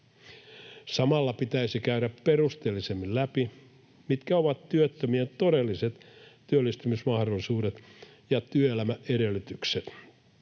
Samalla pitäisi käydä perusteellisemmin läpi, mitkä ovat työttömien todelliset työllistymismahdollisuudet ja työelämäedellytykset.